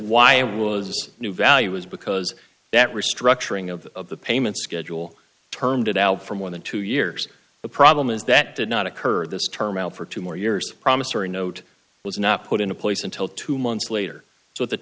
why it was new value is because that restructuring of the payment schedule termed it out for more than two years the problem is that did not occur this terminal for two more years promissory note was not put into place until two months later so at the